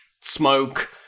smoke